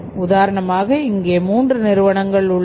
உதாரணமாக இங்கே மூன்று நிறுவனங்கள் உள்ளது